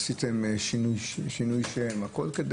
עשיתם שינוי שם הכול כדי